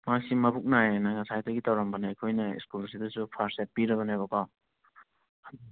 ꯃꯥꯁꯤ ꯃꯕꯨꯛ ꯅꯥꯏꯌꯦꯅ ꯉꯁꯥꯏꯗꯒꯤ ꯇꯧꯔꯝꯕꯅꯦ ꯑꯩꯈꯣꯏꯅ ꯁ꯭ꯀꯨꯜꯁꯤꯗꯁꯨ ꯐꯥꯔꯁ ꯑꯦꯗ ꯄꯤꯔꯕꯅꯦꯕꯀꯣ